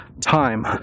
time